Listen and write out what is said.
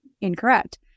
incorrect